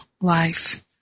life